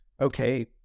okay